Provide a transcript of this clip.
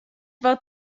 wat